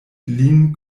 lin